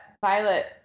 Violet